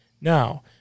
Now